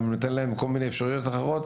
גם אם ניתן להם כל מיני אפשרויות אחרות,